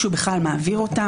כשבכלל מעביר אותם,